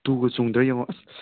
ꯇꯨꯒ ꯆꯨꯡꯗ꯭ꯔꯥ ꯌꯦꯡꯉꯣ ꯑꯁ